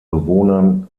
bewohnern